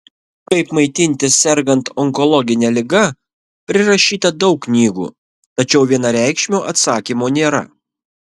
kaip maitintis sergant onkologine liga prirašyta daug knygų tačiau vienareikšmio atsakymo nėra